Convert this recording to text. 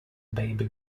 baby